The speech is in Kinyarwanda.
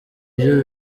byo